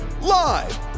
Live